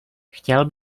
chtěl